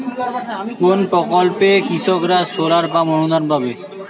কোন প্রকল্পে কৃষকরা সোলার পাম্প অনুদান পাবে?